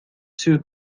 two